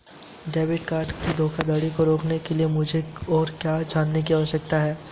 Debit card धोखाधड़ी को रोकने के लिए मुझे और क्या जानने की आवश्यकता है?